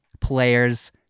players